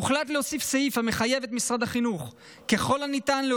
הוחלט להוסיף סעיף המחייב ככל הניתן את משרד